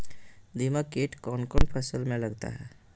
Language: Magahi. दीमक किट कौन कौन फसल में लगता है?